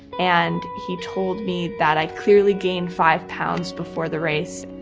and he told me that i'd clearly gained five pounds before the race.